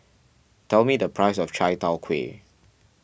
tell me the price of Chai Tow Kway